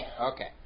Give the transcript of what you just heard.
Okay